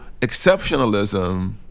exceptionalism